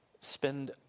spend